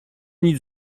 nic